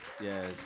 yes